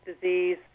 disease